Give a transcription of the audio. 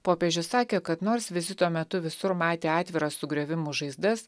popiežius sakė kad nors vizito metu visur matė atviras sugriovimų žaizdas